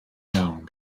iawn